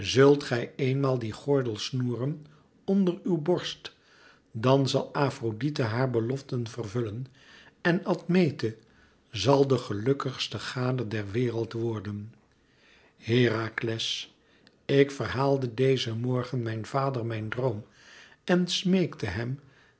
zult gij eenmaal dien gordel snoeren onder uw borst dan zal afrodite haar beloften vervullen cn admete zal de gelukkigste gade ter wereld worden herakles ik verhaalde dezen morgen mijn vader mijn droom en smeekte hem